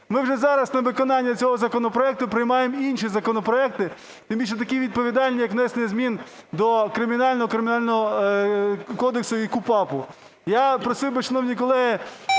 ми вже зараз, на виконання цього законопроекту приймаємо інші законопроекти, тим більше такі відповідальні, як внесення змін до Кримінального і Кримінального кодексу і КУпАПу. Я просив би, шановні колеги,